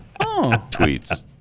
tweets